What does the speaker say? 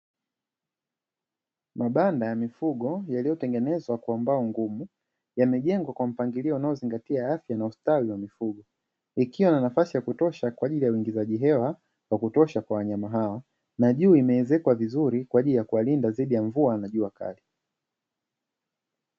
Mabanda ya mifugo yaliyotengenezwa kwa mbao ngumu yamejengwa kwa mpangilio unaozingatia afya na ustawi wa mifugo, ikiwa na nafasi ya kutosha kwa ajili ya uingizaji hewa wa kutosha kwa wanyama hao, na juu imezekwa vizuri kwa ajili ya kuwalinda dhidi ya mvua na jua kali.